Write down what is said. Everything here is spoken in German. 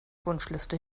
wunschliste